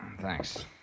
Thanks